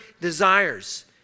desires